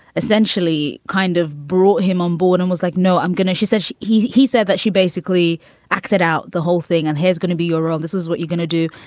essentially kind of brought him on board and was like, no, i'm gonna she said. he's he said that she basically acted out the whole thing and he's gonna be your role. this is what you're gonna do.